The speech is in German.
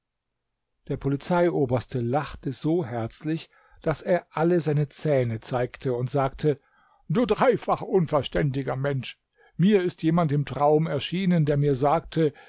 der polizeioberste lachte so herzlich daß er alle seine zähne zeigte und sagte du dreifach unverständiger mensch mir ist jemand im traum erschienen der mir sagte